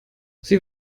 sie